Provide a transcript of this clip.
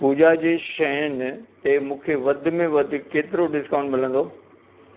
पूॼा जी शयुनि ते मूंखे वधि में वधि केतिरो डिस्काउंट मिलंदो